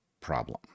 problem